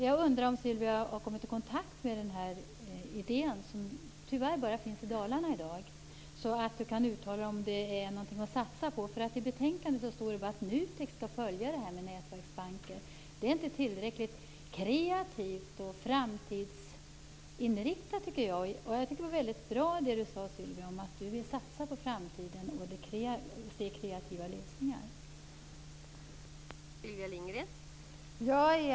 Jag undrar om Sylvia Lindgren har kommit i kontakt med den här idén, som tyvärr bara finns i Dalarna i dag, så att hon kan uttala sig om det är någonting att satsa på. I betänkandet står det bara att NUTEK skall följa frågan om nätverksbanker. Det är inte tillräckligt kreativt och framtidsinriktat. Jag tycker att det Sylvia Lindgren sade om att hon vill satsa på framtiden och se kreativa lösningar var väldigt bra.